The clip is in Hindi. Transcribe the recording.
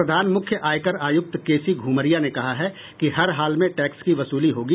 प्रधान मुख्य आयकर आयुक्त के सी घ्रमरिया ने कहा है कि हर हाल में टैक्स की वसूली होगी